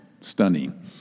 stunning